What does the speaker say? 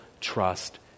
trust